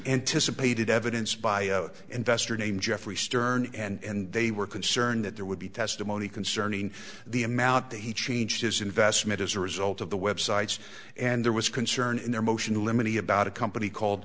anticipated evidence by investor named jeffrey stern and they were concerned that there would be testimony concerning the amount that he changed his investment as a result of the websites and there was concern in their motion in limine he about a company called